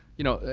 you know,